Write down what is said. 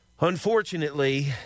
Unfortunately